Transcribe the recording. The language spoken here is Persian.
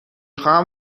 خواهم